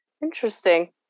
interesting